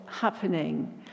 happening